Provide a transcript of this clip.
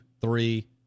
three